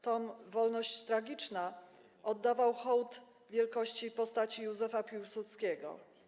Tom „Wolność tragiczna” oddawał hołd wielkości postaci Józefa Piłsudskiego.